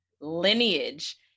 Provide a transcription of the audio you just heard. lineage